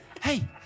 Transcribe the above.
hey